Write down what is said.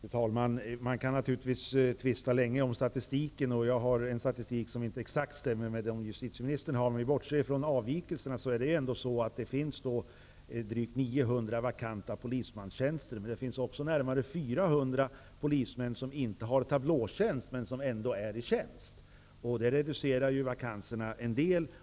Fru talman! Man kan naturligtvis tvista länge om statistiken. Jag har en statistik som inte exakt stämmer med de siffror som justitieministern har, men om man bortser från avvikelserna finner man ändå att det finns drygt 900 vakanta polistjänster. Men det finns också närmare 400 polismän som inte har tablåtjänst men som ändå är i tjänst. Det reducerar vakanserna en del.